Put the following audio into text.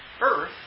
Earth